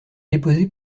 déposé